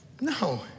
No